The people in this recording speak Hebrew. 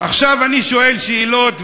עכשיו אני שואל שאלות,